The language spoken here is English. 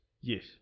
Yes